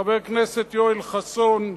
חברי הכנסת יואל חסון,